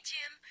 Jim